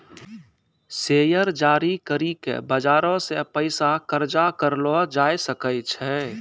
share जारी करि के बजारो से पैसा कर्जा करलो जाय सकै छै